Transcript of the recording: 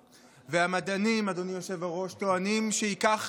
המדענים, אדוני היושב-ראש, טוענים שייקח